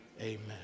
amen